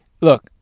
Look